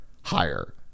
higher